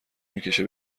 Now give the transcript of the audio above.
میکشه